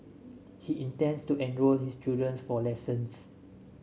he intends to enrol his children's for lessons